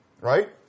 Right